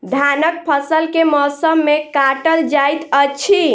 धानक फसल केँ मौसम मे काटल जाइत अछि?